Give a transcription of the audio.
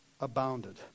abounded